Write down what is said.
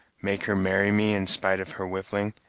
make her marry me in spite of her whiffling,